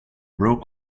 broke